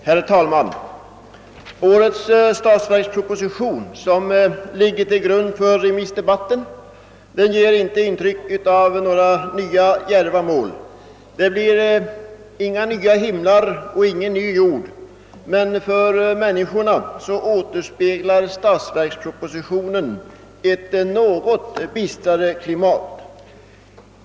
Herr talman! Årets statsverksproposition, som ligger till grund för remissdebatten, ger inte intryck av några nya djärva mål. Det blir inga nya himlar och ingen ny jord; för människorna återspeglar statsverkspropositionen ett något bistrare klimat.